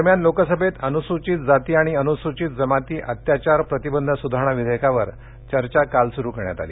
दरम्यान लोकसभेत अनुसूचित जाती आणि अनुसूचित जमाती अत्याचार प्रतिबंध सुधारणा विधेयकावर चर्चा काल सुरू करण्यात आली